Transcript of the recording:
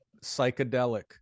psychedelic